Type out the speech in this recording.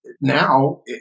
now